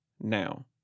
now